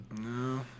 No